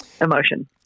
emotion